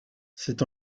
c’est